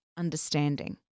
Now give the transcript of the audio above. understanding